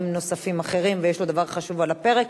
נוספים אחרים ויש לו דבר חשוב על הפרק,